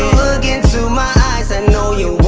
into my eyes i know you